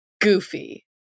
goofy